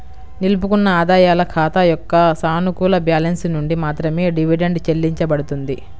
నిలుపుకున్న ఆదాయాల ఖాతా యొక్క సానుకూల బ్యాలెన్స్ నుండి మాత్రమే డివిడెండ్ చెల్లించబడుతుంది